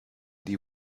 die